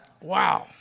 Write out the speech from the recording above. Wow